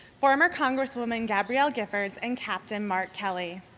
former congresswoman gabrielle giffords and captain mark kelly.